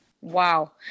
Wow